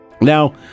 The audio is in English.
Now